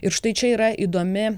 ir štai čia yra įdomi